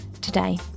today